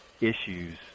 issues